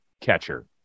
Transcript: catcher